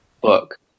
book